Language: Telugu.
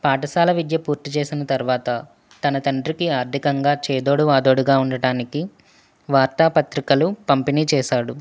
పాఠశాల విద్య పూర్తి చేసిన తర్వాత తన తండ్రికి ఆర్థికంగా చేదోడువాదోడుగా ఉండటానికి వార్తా పత్రికలు పంపిణీ చేసాడు